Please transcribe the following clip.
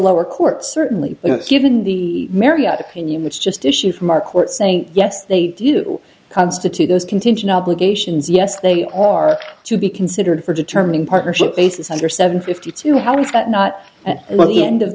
lower court certainly given the marriott opinion which just issued from our court saying yes they do constitute those contingent obligations yes they are to be considered for determining partnership basis under seven fifty two how does that not at the end of